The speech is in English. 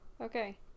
Okay